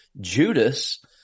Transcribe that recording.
Judas